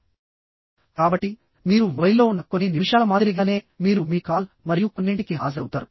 కాబట్టి మీరు మొబైల్లో ఉన్న కొన్ని నిమిషాల మాదిరిగానే మీరు మీ కాల్ మరియు కొన్నింటికి హాజరవుతారు